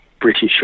British